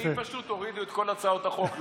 לי פשוט הורידו את כל הצעות החוק.